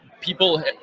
people